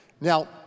Now